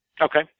Okay